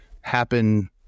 happen